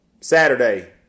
Saturday